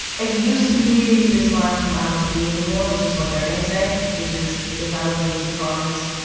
it used to be this line from i don't wanna be you anymore which is what they're gonna say, which is, if i love you as a promise,